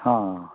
ഹ